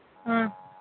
ꯑꯥ